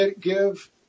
give